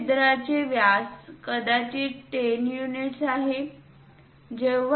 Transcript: त्या छिद्राचे व्यास कदाचित 10 युनिट्स आहे